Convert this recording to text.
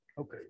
Okay